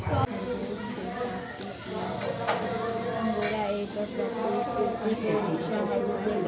कटाई के लिए किस प्रकार के औज़ारों का उपयोग करना चाहिए?